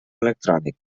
electrònic